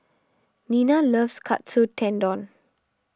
Nena loves Katsu Tendon